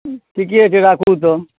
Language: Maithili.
ठीके छै राखु तऽ